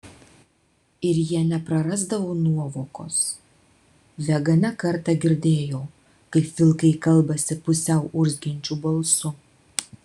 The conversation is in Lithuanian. ir jie neprarasdavo nuovokos vega ne kartą girdėjo kaip vilkai kalbasi pusiau urzgiančiu balsu